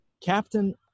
Captain